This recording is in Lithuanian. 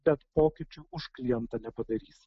bet pokyčių už klientą nepadarys